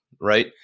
right